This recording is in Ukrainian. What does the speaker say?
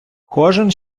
кожен